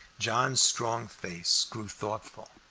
john's strong face grew thoughtful,